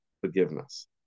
forgiveness